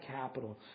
capital